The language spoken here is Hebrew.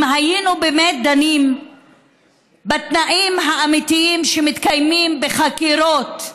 אם היינו באמת דנים בתנאים האמיתיים שמתקיימים בחקירות,